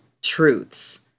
truths